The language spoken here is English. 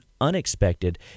unexpected